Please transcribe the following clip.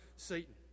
Satan